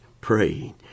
praying